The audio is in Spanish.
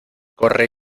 corre